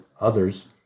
others